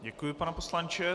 Děkuji, pane poslanče.